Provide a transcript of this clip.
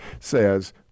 says